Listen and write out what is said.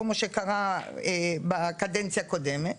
כמו שקרה בקדנציה הקודמת,